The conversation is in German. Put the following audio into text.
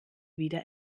wieder